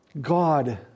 God